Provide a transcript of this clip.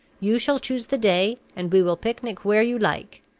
you shall choose the day, and we will picnic where you like.